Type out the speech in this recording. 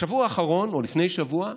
בשבוע האחרון, או לפני שבוע,